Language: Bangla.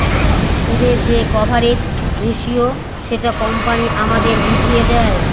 সুদের যে কভারেজ রেসিও সেটা কোম্পানি আমাদের বুঝিয়ে দেয়